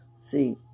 See